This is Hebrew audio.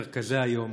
מרכזי היום.